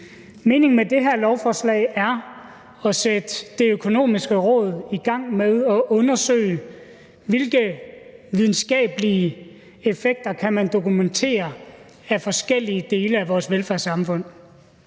Meningen med det her lovforslag er at sætte De Økonomiske Råd i gang med at undersøge, hvilke videnskabelige effekter af forskellige dele af vores velfærdssamfund